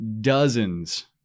dozens